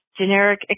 generic